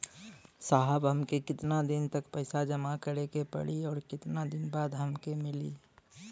साहब हमके कितना दिन तक पैसा जमा करे के पड़ी और कितना दिन बाद हमके मिली?